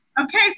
Okay